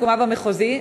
מקומה במחוזי,